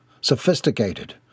sophisticated